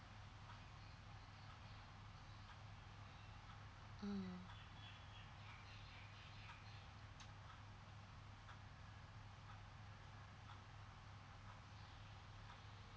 mm